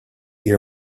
your